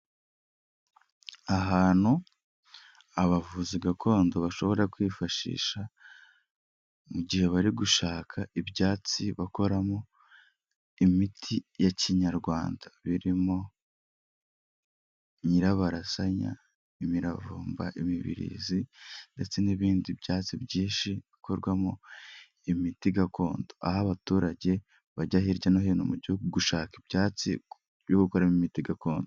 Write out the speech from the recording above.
Ahantu abavuzi gakondo bashobora kwifashisha, mu gihe bari gushaka ibyatsi bakoramo imiti ya kinyarwanda, birimo: nyirabarasanya, imiravumba, imibirizi, ndetse n'ibindi byatsi byinshi bikorwamo imiti gakondo aho abaturage bajya hirya no hino mu gihugu gushaka ibyatsi byo gukoramo imiti gakondo.